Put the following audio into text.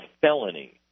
felony